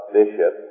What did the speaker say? bishop